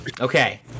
Okay